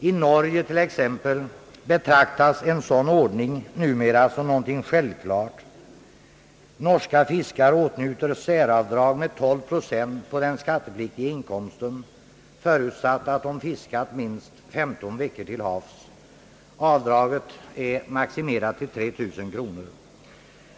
I Norge t.ex. betraktas en sådan ordning numera som någonting självklart. Norska fiskare åtnjuter säravdrag med 12 procent på den skattepliktiga inkomsten — förutsatt att de fiskat minst 15 veckor till havs. Avdraget är maximerat till 3 000 kronor.